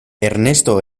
ernesto